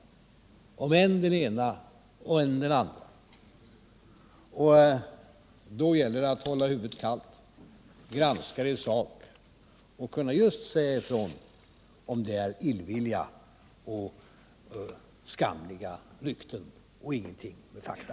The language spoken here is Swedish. Det kommer att spridas rykten om än den ene, än den andre. Då gäller det att hålla huvudet kallt, att granska vad som sagts i sak och att kunna säga ifrån om det handlar om illvilja och skamliga rykten och inte om fakta.